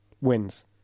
wins